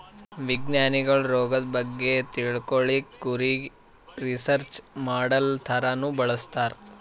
ವಿಜ್ಞಾನಿಗೊಳ್ ರೋಗದ್ ಬಗ್ಗೆ ತಿಳ್ಕೊಳಕ್ಕ್ ಕುರಿಗ್ ರಿಸರ್ಚ್ ಮಾಡಲ್ ಥರಾನೂ ಬಳಸ್ತಾರ್